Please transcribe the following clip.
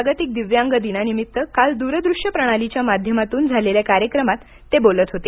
जागतिक दिव्यांग दिनानिमित काल दूर दृश्य प्रणालीच्या माध्यमातून झालेल्या कार्यक्रमात ते बोलत होते